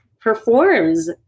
performs